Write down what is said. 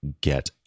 get